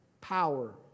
power